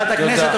ועדת הכנסת,